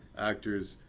actors.